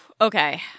Okay